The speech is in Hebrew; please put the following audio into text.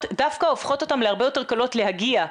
דווקא הופכות אותם להרבה יותר קלות להגיע.